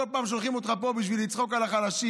כל פעם שולחים אותך פה בשביל לצחוק על החלשים.